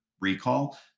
recall